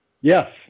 Yes